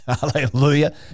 Hallelujah